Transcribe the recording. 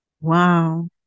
Wow